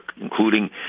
including